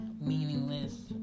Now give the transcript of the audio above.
meaningless